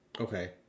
Okay